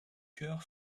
chœur